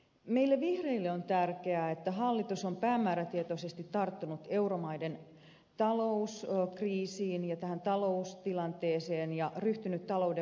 meille vihreille on tärkeää että hallitus on päämäärätietoisesti tarttunut euromaiden talouskriisiin ja tähän taloustilanteeseen ja ryhtynyt talouden vakauttamistoimiin